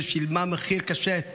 ששילמה מחיר קשה של